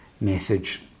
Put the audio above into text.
message